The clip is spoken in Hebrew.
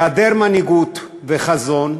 בהיעדר מנהיגות וחזון,